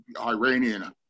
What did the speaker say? Iranian